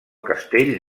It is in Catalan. castell